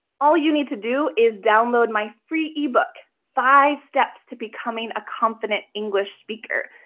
all you need to do is download my free ebook, five steps to becoming a confident english speaker.